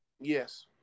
Yes